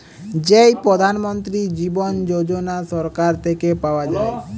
যেই প্রধান মন্ত্রী জীবন যোজনা সরকার থেকে পাওয়া যায়